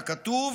ככתוב,